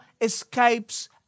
escapes